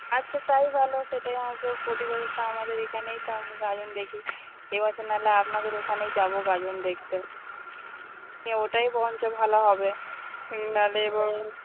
আচ্ছা তাই ভালো সেটাই প্রতি বছর তো আমাদের এখানেই তো আমি গাজন দেখি এবছর নাহলে আপনাদের ওখানেই যাবো গাজন দেখতে নিয়ে ওটাই বরঞ্চ ভালো হবে নাহলে এবার